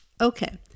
Okay